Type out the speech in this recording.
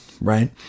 Right